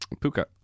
puka